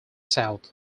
south